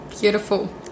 beautiful